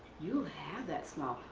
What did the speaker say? you'll have that smile.